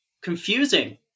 Confusing